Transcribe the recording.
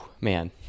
Man